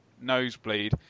nosebleed